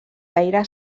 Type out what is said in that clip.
gaire